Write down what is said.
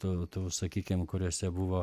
tų tų sakykim kuriose buvo